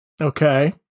Okay